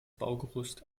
baugerüst